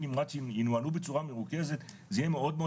נמרצים ינוהלו בצורה מרוכזת זה יהיה מאוד מאוד